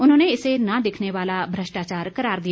उन्होंने इसे न दिखने वाला भ्रष्टाचार करार दिया